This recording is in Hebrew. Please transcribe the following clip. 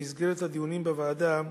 במסגרת הדיונים בוועדה,